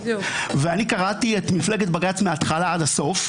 ואני קראתי את "מפלגת בג"ץ" מההתחלה עד הסוף.